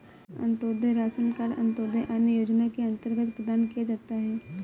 Antyodaya ration card Antyodaya अन्न योजना के अंतर्गत प्रदान किया जाता है